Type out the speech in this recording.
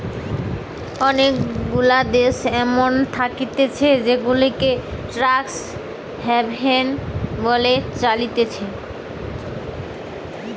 অনেগুলা দেশ এমন থাকতিছে জেগুলাকে ট্যাক্স হ্যাভেন বলে চালাচ্ছে